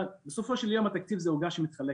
בסופו של יום התקציב הוא עוגה שמתחלקת,